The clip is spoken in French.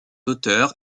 auteur